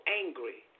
angry